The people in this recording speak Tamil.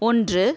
ஒன்று